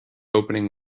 opening